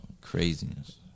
Craziness